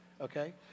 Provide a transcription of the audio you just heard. okay